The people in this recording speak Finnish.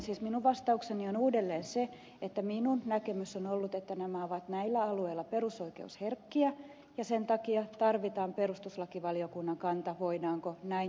siis minun vastaukseni on uudelleen se että minun näkemykseni on ollut että nämä asiat ovat näillä alueilla perusoi keusherkkiä ja sen takia tarvitaan perustuslakivaliokunnan kanta voidaanko näin säätää